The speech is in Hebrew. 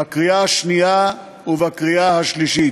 בקריאה השנייה ובקריאה השלישית.